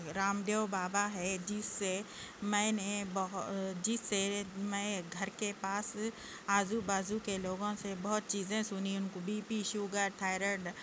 رام دیو بابا ہے جس سے میں نے بہت جس سے میں گھر کے پاس آزو بازو کے لوگوں سے بہت چیزیں سنی ان کو بی پی شوگر تھائیرائیڈ